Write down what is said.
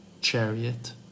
chariot